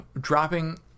dropping